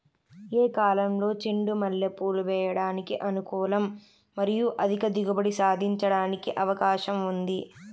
ఏ కాలంలో చెండు మల్లె పూలు వేయడానికి అనుకూలం మరియు అధిక దిగుబడి సాధించడానికి అవకాశం ఉంది?